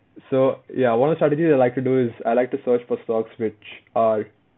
so ya one of the strategies I like to do is I like to search for stocks which are